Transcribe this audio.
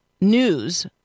news